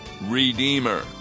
Redeemer